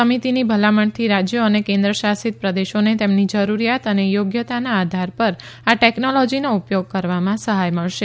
સમિતિની ભલામણથી રાજ્યો અને કેન્દ્રશાસિત પ્રદેશોને તેમની જરૂરિયાત અને યોગ્યતાના આધાર પરના આ ટેકનોલોજીનો ઉપયોગ કરવામાં સહાય મળશે